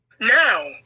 now